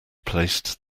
placed